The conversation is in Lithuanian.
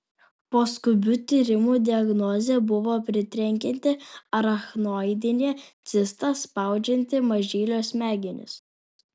po skubių tyrimų diagnozė buvo pritrenkianti arachnoidinė cista spaudžianti mažylio smegenis